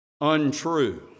untrue